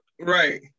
Right